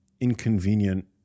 inconvenient